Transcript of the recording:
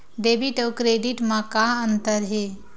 Debit अउ credit म का अंतर हे?